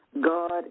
God